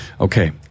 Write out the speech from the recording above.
okay